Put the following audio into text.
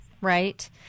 right